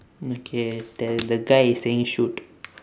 okay then the guy is saying shoot